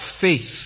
faith